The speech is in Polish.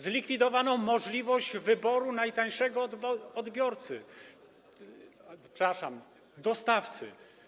Zlikwidowano możliwość wyboru najtańszego odbiorcy, przepraszam: dostawcy.